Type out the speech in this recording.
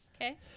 Okay